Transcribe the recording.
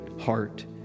heart